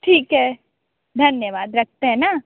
ठीक है धन्यवाद रखते है ना